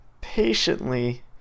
patiently